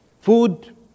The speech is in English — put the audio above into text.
Food